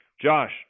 Josh